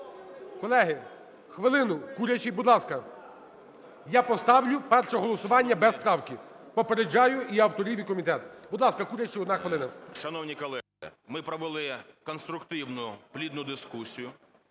Колеги, хвилину! Курячий, будь ласка, я поставлю перше голосування без правки, попереджаю і авторів і комітет. Будь ласка, Курячий, 1 хвилина. 11:59:58 КУРЯЧИЙ М.П. Шановні колеги! Ми провели конструктивну, плідну дискусію